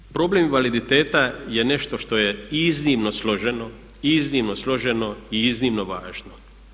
Dakle, problem invaliditeta je nešto što je iznimno složeno, iznimno složeno i iznimno važno.